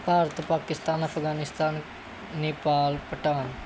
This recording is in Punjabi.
ਭਾਰਤ ਪਾਕਿਸਤਾਨ ਅਫਗਾਨਿਸਤਾਨ ਨੇਪਾਲ ਭੂਟਾਨ